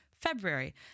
February